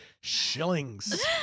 Shillings